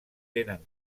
tenen